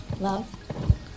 love